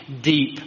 deep